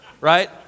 right